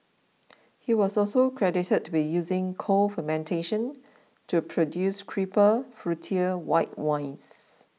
he was also credited to be using cold fermentation to produce crisper fruitier white wines